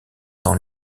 dans